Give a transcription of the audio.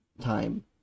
time